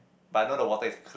but not the water is cl~